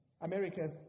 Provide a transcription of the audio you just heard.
America